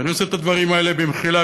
ואני נושא את הדברים האלה במחילה,